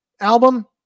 album